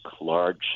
large